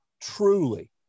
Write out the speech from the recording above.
truly –